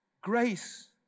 grace